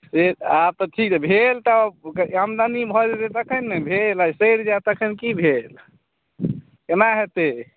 से तऽ आब अथी भेल तऽ आमदनी भऽ जेतै तखन ने भेल आ सड़ि जायत तखन की भेल केना हेतै